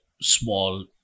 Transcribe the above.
small